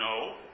No